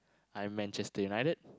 I'm Manchester-United